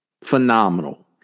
Phenomenal